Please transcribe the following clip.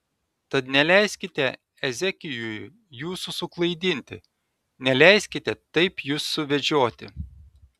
tad neleiskite ezekijui jūsų suklaidinti neleiskite taip jus suvedžioti